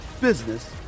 business